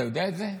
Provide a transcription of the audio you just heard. אתה יודע את זה?